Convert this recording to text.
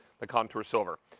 contour silver.